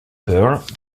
pearl